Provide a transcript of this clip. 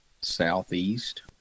southeast